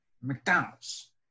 McDonald's